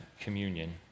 communion